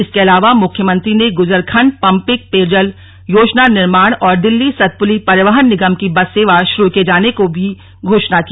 इसके अलावा मुख्यमंत्री ने गुजरखण्ड पम्पिंग पेयजल योजना निर्माण और दिल्ली सतपुली परिवहन निगम की बस सेवा शुरू किये जाने की भी घोषणा की